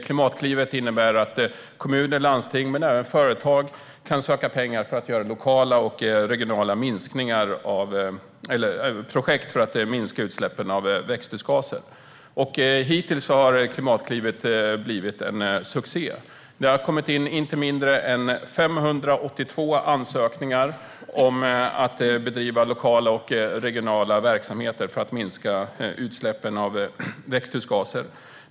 Satsningen innebär att kommuner, landsting och företag kan söka pengar för lokala och regionala projekt för att minska utsläppen av växthusgaser. Hittills har Klimatklivet varit en succé. Inte mindre än 582 ansökningar har kommit in om att bedriva lokala och regionala verksamheter för att minska utsläppen av växthusgaser.